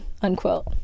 unquote